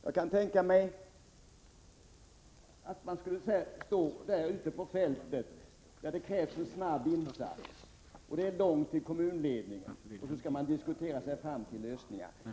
Jag kan tänka mig hur det skulle vara att stå där ute på fältet när det krävs en snabb insats — det är långt till kommunledningen — och vara tvungen att diskutera sig fram till lösningar.